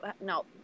No